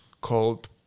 called